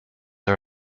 are